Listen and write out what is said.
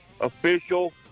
official